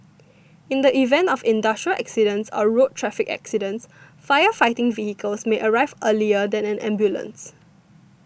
in the event of industrial accidents or road traffic accidents fire fighting vehicles may arrive earlier than an ambulance